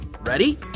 Ready